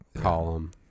column